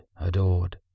adored